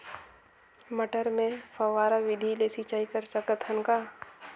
मटर मे फव्वारा विधि ले सिंचाई कर सकत हन का?